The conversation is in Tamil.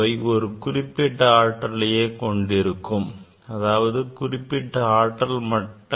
அவை ஒரு குறிப்பிட்ட ஆற்றலையே கொண்டிருக்கும் அதாவது குறிப்பிட்ட ஆற்றல் மட்டங்களை கொண்டுள்ளன